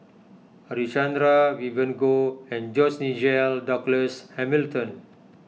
Harichandra Vivien Goh and George Nigel Douglas Hamilton